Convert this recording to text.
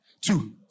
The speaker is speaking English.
Two